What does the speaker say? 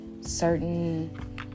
certain